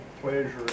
pleasure